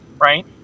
right